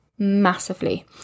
massively